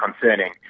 concerning